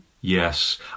Yes